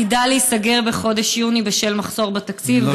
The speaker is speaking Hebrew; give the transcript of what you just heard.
עתידה להיסגר בחודש יוני בשל מחסור בתקציב.